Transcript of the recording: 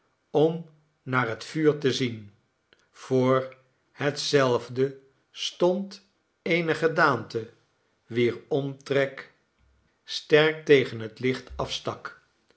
om naar het vuur te zien voor hetzelve stond eene gedaante wier omtrek sterktegen het licht afstak